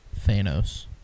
Thanos